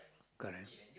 correct